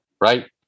right